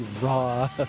raw